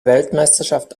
weltmeisterschaft